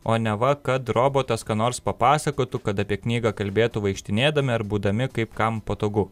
o neva kad robotas ką nors papasakotų kad apie knygą kalbėtų vaikštinėdami ar būdami kaip kam patogu